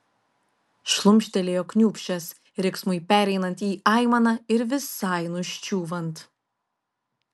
šlumštelėjo kniūbsčias riksmui pereinant į aimaną ir visai nuščiūvant